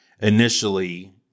initially